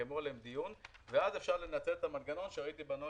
תקיימו על זה דיון ואז אפשר יהיה לנצל את המנגנון שרשמת בנוהל,